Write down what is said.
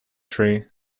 tree